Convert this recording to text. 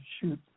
shoot